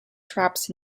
traps